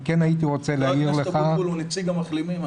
אני כן הייתי רוצה להעיר לך --- ח"כ אבוטבול הוא נציג המחלימים.